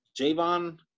Javon